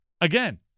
again